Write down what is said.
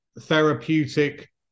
therapeutic